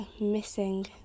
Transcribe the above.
missing